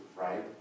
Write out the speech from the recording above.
right